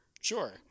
sure